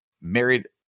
Married